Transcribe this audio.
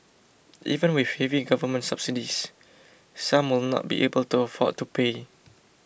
even with heavy government subsidies some will not be able to afford to pay